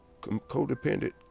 codependent